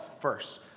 first